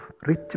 rich